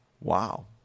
Wow